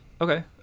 Okay